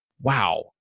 wow